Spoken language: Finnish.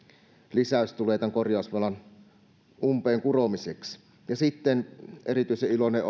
lisäys tulee tämän korjausvelan umpeenkuromiseksi ja sitten erityisen iloinen